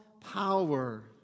power